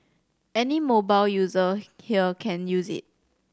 any mobile user here can use it